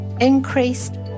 increased